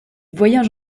voyage